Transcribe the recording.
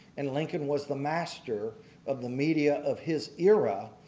and lincoln was the master of the media of his era.